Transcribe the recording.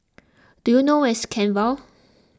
do you know where is Kent Vale